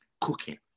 cooking